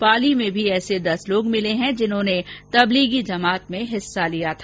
पाली में भी दस ऐसे लोग मिर्ल है जिन्होंने तबलीगी जमात में हिस्सा लिया था